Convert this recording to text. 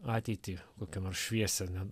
ateitį kokią nors šviesią ane